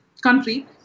country